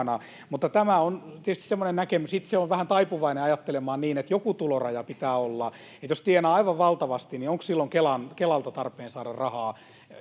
mutta tämä on tietysti semmoinen näkemys. Itse olen vähän taipuvainen ajattelemaan, että joku tuloraja pitää olla, että jos tienaa aivan valtavasti, niin onko silloin Kelalta tarpeen saada rahaa